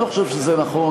אני לא חושב שזה נכון,